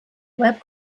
web